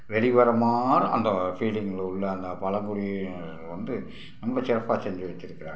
வெளி வர்ற மாரி அந்த ஃபீல்டிங்கில் உள்ள அந்த பழங்குடியினர் வந்து ரொம்ப சிறப்பாக செஞ்சு வச்சிருக்கறாங்க